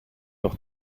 noch